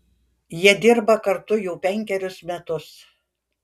jie dirba kartu jau penkerius metus